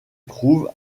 trouve